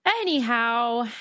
Anyhow